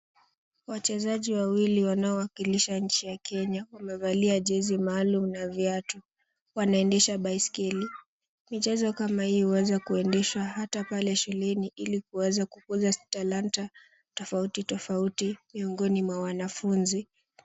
Wachezaji wawili wanaowakilisha nchi ya Kenya, wamevalia jezi maalum na viatu. Wanaendesha baiskeli. Michezo kama hii hueza kuendeshwa hata pale shuleni, ili kuweza kukuza talanta tofauti tofauti miongoni mwa wanafunzi.